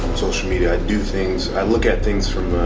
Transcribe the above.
social media. i do things, i look at things from